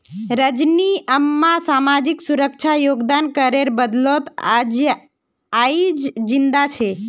रजनी अम्मा सामाजिक सुरक्षा योगदान करेर बदौलत आइज जिंदा छ